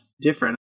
different